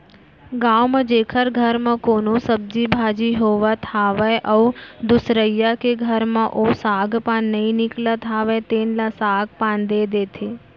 गाँव म जेखर घर म कोनो सब्जी भाजी होवत हावय अउ दुसरइया के घर म ओ साग पान नइ निकलत हावय तेन ल साग पान दे देथे